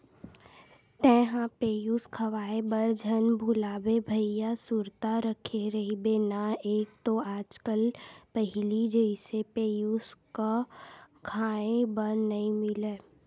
तेंहा पेयूस खवाए बर झन भुलाबे भइया सुरता रखे रहिबे ना एक तो आज कल पहिली जइसे पेयूस क खांय बर नइ मिलय